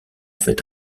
fait